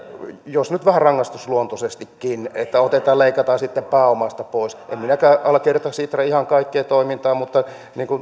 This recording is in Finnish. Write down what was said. että vähän rangaistusluontoisestikin otetaan ja leikataan sitten pääomasta pois en minäkään allekirjoita ihan kaikkea sitran toimintaa mutta